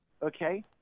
Okay